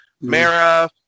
Mara